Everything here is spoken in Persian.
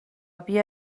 بیا